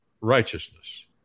righteousness